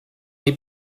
hay